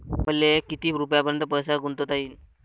मले किती रुपयापर्यंत पैसा गुंतवता येईन?